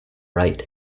right